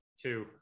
Two